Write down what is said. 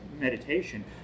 meditation